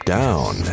down